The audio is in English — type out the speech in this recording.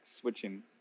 switching